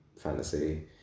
fantasy